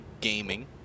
gaming